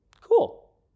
Cool